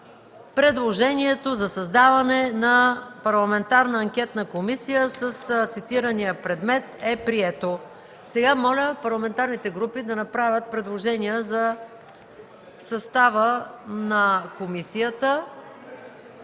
Предложението за създаване на парламентарна анкетна комисия с цитирания предмет е прието. Моля, парламентарните групи да направят предложения за състава на комисията,